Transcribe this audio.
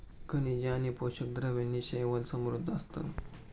खनिजे आणि पोषक द्रव्यांनी शैवाल समृद्ध असतं